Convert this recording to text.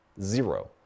zero